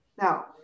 Now